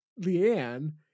Leanne